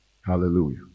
Hallelujah